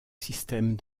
système